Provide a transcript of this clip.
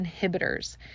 inhibitors